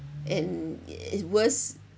and i~ is worse